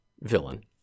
villain